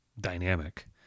dynamic